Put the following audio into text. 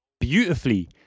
beautifully